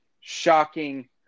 Shocking